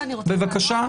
בבקשה.